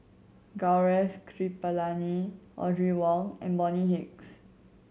Gaurav Kripalani Audrey Wong and Bonny Hicks